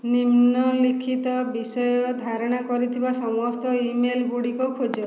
ନିମ୍ନଲିଖିତ ବିଷୟ ଧାରଣା କରିଥିବା ସମସ୍ତ ଇ ମେଲ୍ଗୁଡ଼ିକ ଖୋଜ